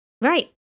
right